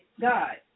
God